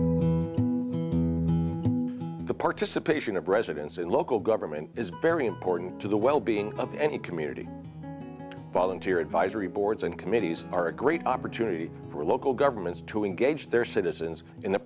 know the participation of residence in local government is very important to the well being of any community volunteer advisory boards and committees are a great opportunity for local governments to engage their citizens in the